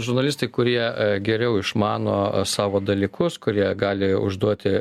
žurnalistai kurie geriau išmano savo dalykus kurie gali užduoti